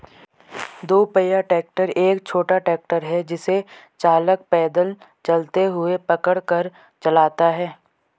दो पहिया ट्रैक्टर एक छोटा ट्रैक्टर है जिसे चालक पैदल चलते हुए पकड़ कर चलाता है